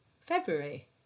February